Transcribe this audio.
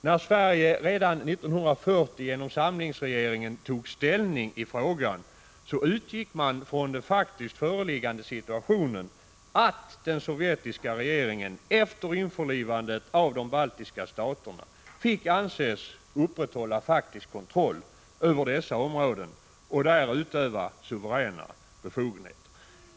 När Sverige redan 1940 genom samlingsregeringen tog ställning i frågan utgick man från den faktiskt föreliggande situationen, att den sovjetiska regeringen efter införlivande av de baltiska staterna fick anses upprätthålla faktisk kontroll över dessa områden och där utöva suveräna befogenheter.